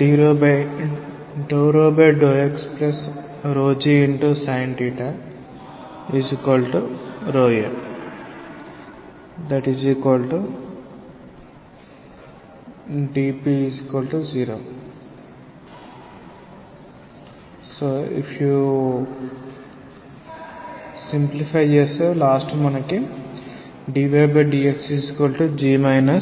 ∂∂xg sin𝛼a dp0 ∂∂y g cos𝛼0 ∂∂xdx∂∂ydy0 gsin 𝛼 𝛼dx g cos𝛼dy0 dydxg sin𝛼 ag cos𝛼tan